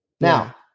Now